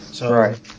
Right